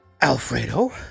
Alfredo